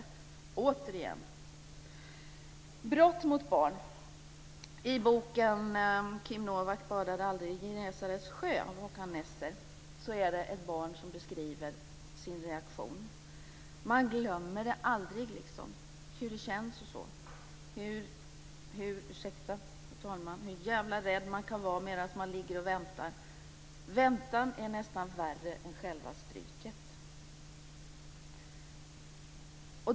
Jag ska säga något om bort mot barn. I boken Kim Novak badade aldrig i Genesarets sjö av Håkan Nesser beskriver ett barn sin reaktion: "Man glömmer det aldrig liksom. Hur det känns och så. Hur djävla rädd man kan vara medan man ligger och väntar. Väntan är nästan värre än själva stryket." Jag ber om ursäkt för svordomen, fru talman.